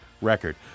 record